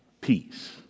peace